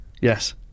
Yes